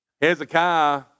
Hezekiah